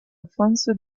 alfonso